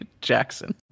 Jackson